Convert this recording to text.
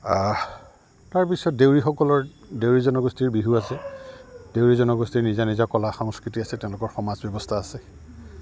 তাৰপিছত দেউৰীসকলৰ দেউৰী জনগোষ্ঠীৰ বিহু আছে দেউৰী জনগোষ্ঠীৰ নিজা নিজা কলা সংস্কৃতি আছে তেওঁলোকৰ সমাজ ব্যৱস্থা আছে